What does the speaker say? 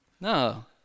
no